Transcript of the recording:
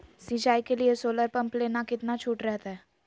सिंचाई के लिए सोलर पंप लेना है कितना छुट रहतैय?